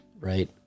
Right